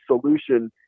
solution